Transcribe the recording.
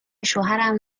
شوهرم